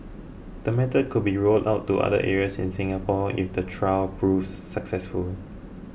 the method could be rolled out to other areas in Singapore if the trial proves successful